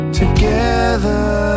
together